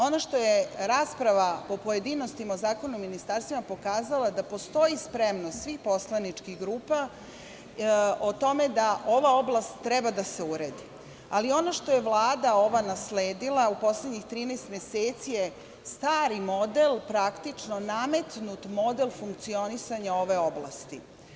Ono što je rasprava u pojedinostima o Zakonu o ministarstvima pokazala je da postoji spremnost svih poslaničkih grupa o tome da ova oblast treba da se uredi, ali ono što je ova vlada nasledila u poslednjih 13 meseci je stari model, praktično nametnut model, funkcionisanja ove oblasti.